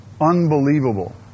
unbelievable